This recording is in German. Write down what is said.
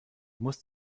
musst